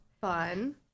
Fun